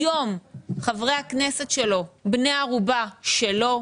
היום חברי הכנסת שלו בני ערובה שלו,